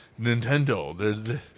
Nintendo